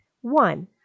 One